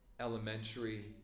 Elementary